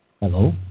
hello